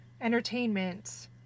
Entertainment